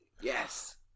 yes